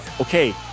Okay